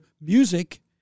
music